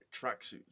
tracksuits